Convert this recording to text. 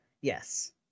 Yes